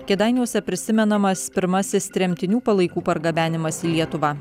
kėdainiuose prisimenamas pirmasis tremtinių palaikų pargabenimas į lietuvą